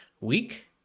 week